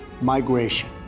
migration